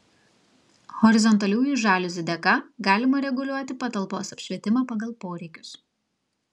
horizontaliųjų žaliuzių dėka galima reguliuoti patalpos apšvietimą pagal poreikius